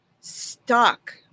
stuck